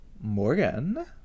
Morgan